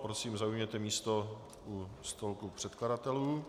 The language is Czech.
Prosím, zaujměte místo u stolku předkladatelů.